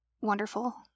wonderful